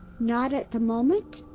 not at the moment?